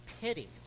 pity